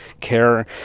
care